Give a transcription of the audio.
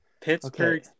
Pittsburgh